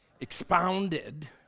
expounded